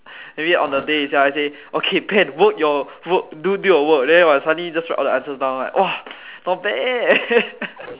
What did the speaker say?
maybe on the day itself I say okay pen work your work do your work then suddenly just write out all the answers down then like !wah! not bad